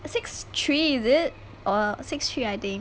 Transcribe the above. six three is it or six three I think